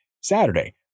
Saturday